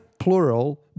plural